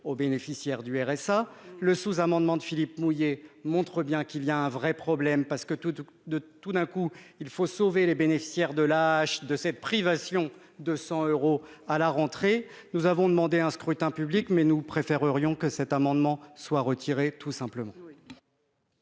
bénéficiaires du RSA. Le sous-amendement de Philippe Mouiller prouve bien qu'il y a un vrai problème, puisqu'il faut subitement sauver les bénéficiaires de l'AAH de cette perte de 100 euros pour la rentrée ! Nous avons demandé un scrutin public, mais nous préférerions que cet amendement soit retiré purement et simplement.